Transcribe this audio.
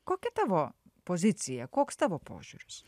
koki tavo pozicija koks tavo požiūris